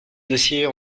dossier